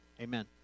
amen